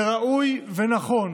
זה ראוי ונכון